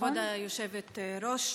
כבוד היושבת-ראש,